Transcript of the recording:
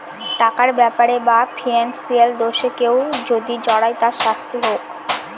টাকার ব্যাপারে বা ফিনান্সিয়াল দোষে কেউ যদি জড়ায় তার শাস্তি হোক